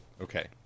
Okay